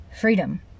freedom